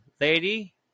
lady